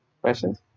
questions